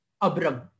Abram